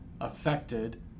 affected